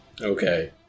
Okay